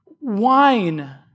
Wine